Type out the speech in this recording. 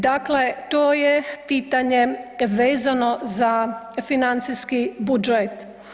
Dakle, to je pitanje vezano za financijski budžet.